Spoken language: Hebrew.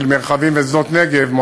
של מרחבים ושדות-נגב,